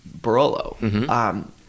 Barolo